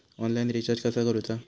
Online recharge कसा करूचा?